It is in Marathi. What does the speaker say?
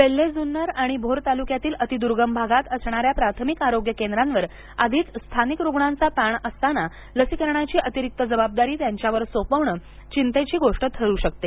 वेल्हे जुन्नर आणि भोर तालुक्यातील अतिद्र्गम भागात असणाऱ्या प्राथमिक आरोग्य केंद्रांवर आधीच स्थानिक रुग्णांचा ताण असताना लसीकरणाची अतिरिक्त जबाबदारी त्यांच्यावर सोपवणं चिंतेची गोष्ट ठरू शकते